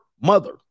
mother